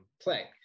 play